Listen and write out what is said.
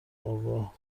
آگاه